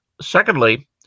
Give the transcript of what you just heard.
Secondly